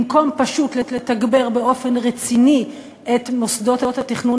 במקום פשוט לתגבר באופן רציני את מוסדות התכנון